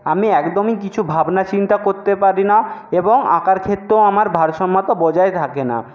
আমি একদমই কিছু ভাবনা চিন্তা কোত্তে পারি না এবং আঁকার ক্ষেত্রেও আমার ভারসাম্যতা বজায় থাকে না